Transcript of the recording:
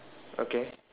okay